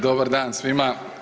Dobar dan svima.